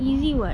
easy what